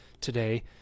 today